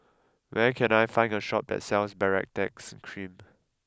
where can I find a shop that sells Baritex cream